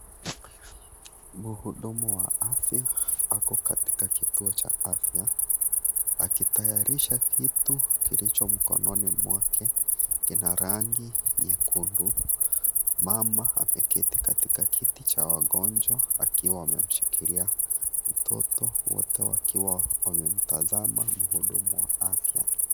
Mhudumu wa afya ako katika kituo cha afya akitayarisha kitu kilicho mkononi mwake. Kina rangi nyekundu. Mama amekketi katika kiti cha wagonjwa akiwa amemshikilia mtoto wote wakiwa wamemtazama mhudumu wa afya.